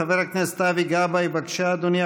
חבר הכנסת אבי גבאי, בבקשה, אדוני.